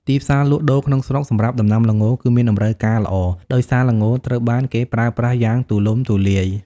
ទីផ្សារលក់ដូរក្នុងស្រុក សម្រាប់ដំណាំល្ងរគឺមានតម្រូវការល្អ ដោយសារល្ងត្រូវបានគេប្រើប្រាស់យ៉ាងទូលំទូលាយ។